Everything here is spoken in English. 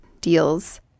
deals